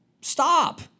stop